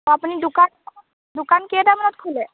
আপুনি দোকান দোকান কেইটামানত খোলে